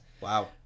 Wow